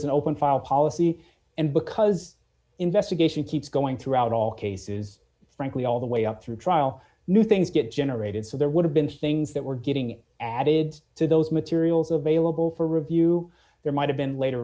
as an open file policy and because investigation keeps going throughout all cases frankly all the way up through trial new things get generated so there would have been things that were getting added to those materials available for review there might have been